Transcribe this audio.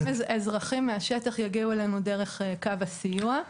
גם אזרחים מן השטח יגיעו אלינו דרך קו הסיוע.